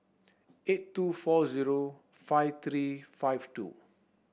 eight two four zero five three five two